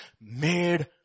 made